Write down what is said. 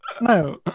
no